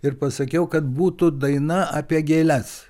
ir pasakiau kad būtų daina apie gėles